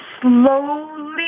slowly